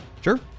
Sure